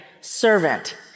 servant